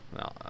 No